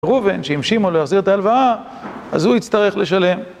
ראובן, שאם שמעון לא יחזיר את ההלוואה, אז הוא יצטרך לשלם.